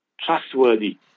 Trustworthy